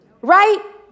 right